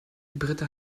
britta